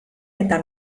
eta